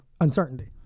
uncertainty